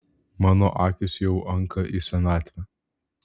mano akys jau anka į senatvę